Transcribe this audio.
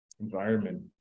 environment